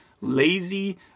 lazy